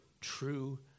true